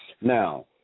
Now